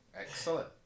Excellent